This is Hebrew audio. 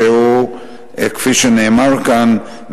שכפי שנאמר כאן,